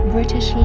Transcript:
British